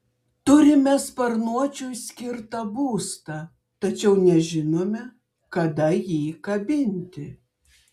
turime sparnuočiui skirtą būstą tačiau nežinome kada jį kabinti